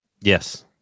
Yes